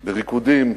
בריקודים,